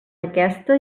aquesta